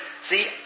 See